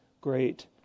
great